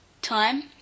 Time